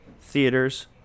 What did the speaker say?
theaters